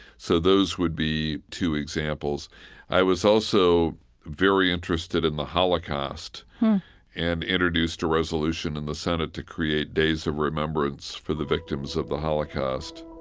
so those would be two examples i was also very interested in the holocaust and introduced a resolution in the senate to create days of remembrance for the victims of the holocaust